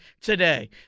today